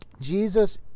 Jesus